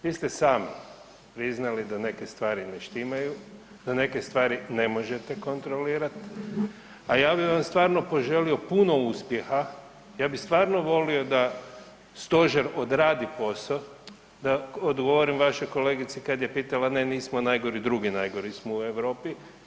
Vi ste sami priznali da neke stvari ne štimaju, da neke stvari ne možete kontrolirati, a ja bi vam stvarno poželio puno uspjeha, ja bi stvarno volio da stožer odradi posao, da odgovorim vašoj kolegici kad je pitala, ne nismo najgori, drugi najgori smo u Europi.